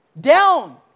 down